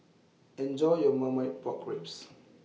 Enjoy your Marmite Pork Ribs